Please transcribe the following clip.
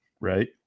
Right